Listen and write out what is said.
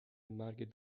مرگ